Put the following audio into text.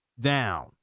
Down